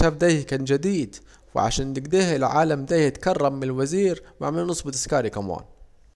الاكتشاف ديه كان جديد، وعشان اكده العالم ده العالم ده اتكرم مالوزير وعملوله نصب تزكاري كمان